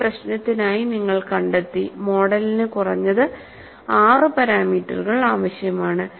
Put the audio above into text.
ഈ പ്രശ്നത്തിനായി നിങ്ങൾ കണ്ടെത്തി മോഡലിന് കുറഞ്ഞത് 6 പാരാമീറ്ററുകൾ ആവശ്യമാണ്